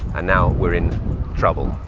and now we are in trouble.